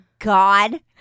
God